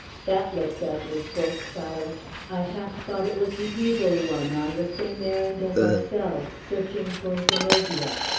that looked ugly! quoth silas. i half thought it was the evil one, on the same errand as ourselves searching for zenobia.